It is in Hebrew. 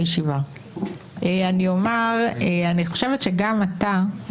זאת הסיבה האמיתית, חברי האופוזיציה בוועדת